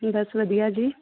ਜੀ ਬਸ ਵਧੀਆ ਜੀ